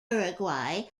uruguay